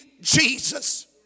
Jesus